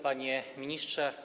Panie Ministrze!